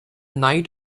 knight